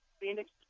Phoenix